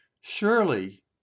surely